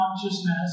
Consciousness